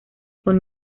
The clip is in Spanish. con